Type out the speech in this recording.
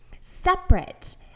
separate